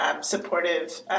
Supportive